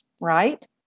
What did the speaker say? right